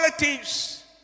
relatives